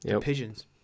pigeons